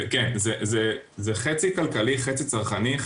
כן, זה חצי כלכלי, חצי צרכני.